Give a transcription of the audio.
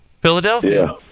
Philadelphia